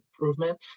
improvement